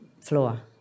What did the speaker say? floor